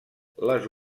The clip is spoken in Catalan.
les